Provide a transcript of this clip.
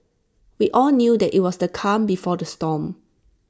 we all knew that IT was the calm before the storm